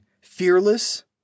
Fearless